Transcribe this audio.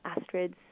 Astrid's